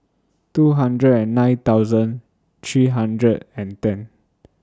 two hundred and nine thousand three hundred and ten